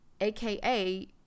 aka